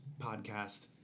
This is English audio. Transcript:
podcast